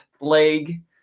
leg